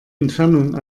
entfernung